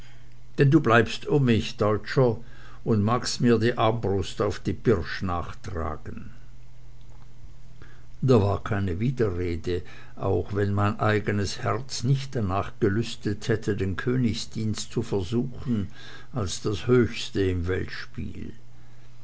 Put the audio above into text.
denn du bleibst um mich deutscher und magst mir die armbrust auf die birsch nachtragen da war keine widerrede auch wenn mein eigenes herz nicht danach gelüstet hätte den königsdienst zu versuchen als das höchste im weltspiel